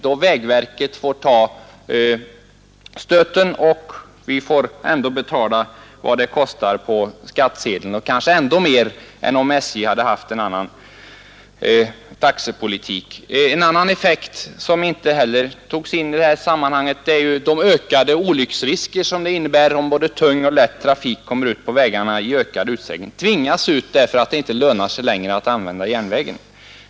Då får vägverket ta stöten, och vi får ändå betala vad det kostar på skattsedeln — och kanske ändå mer än om SJ haft en annan taxepolitik. En annan effekt som inte heller togs in i detta sammanhang är de ökade olycksrisker som det innebär om vår tunga och lätta trafik i ökad utsträckning tvingas ut på vägarna därför att det inte lönar sig längre att använda järnvägen.